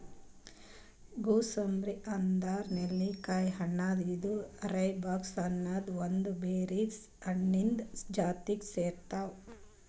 gooseberry ಅಂದುರ್ ನೆಲ್ಲಿಕಾಯಿ ಹಣ್ಣ ಇದು ರೈಬ್ಸ್ ಅನದ್ ಒಂದ್ ಬೆರೀಸ್ ಹಣ್ಣಿಂದ್ ಜಾತಿಗ್ ಸೇರ್ತಾವ್